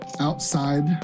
outside